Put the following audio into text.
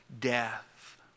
death